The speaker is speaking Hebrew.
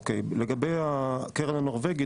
לגבי הקרן הנורבגית,